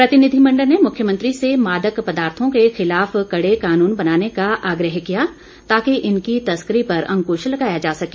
प्रतिनिधिमंडल ने मुख्यमंत्री से मादक पदार्थो के खिलाफ कड़े कानून बनाने का आग्रह किया ताकि इनकी तस्करी पर अंकुश लगाया जा सके